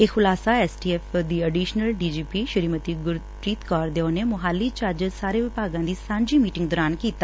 ਇਹ ਖੁਲਾਸਾ ਐਸਟੀਐਫ ਦੀ ਅਡੀਸ਼ਨਲ ਡੀਜੀਪੀ ਸ੍ੀਮਤੀ ਗੁਰਪ੍ੀਤ ਕੌਰ ਦਿਓ ਨੇ ਮੁਹਾਲੀ ਚ ਅੱਜ ਸਾਰੇ ਵਿਭਾਗਾਂ ਦੀ ਸਾਂਝੀ ਮੀਟਿੰਗ ਦੌਰਾਨ ਕੀਤਾ